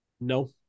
No